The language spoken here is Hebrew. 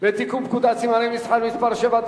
לתיקון פקודת סימני מסחר (מס' 7),